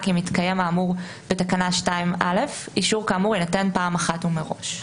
כי מתקיים האמור בתקנה 2(א); אישור כאמור יינתן פעם אחת ומראש.